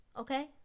Okay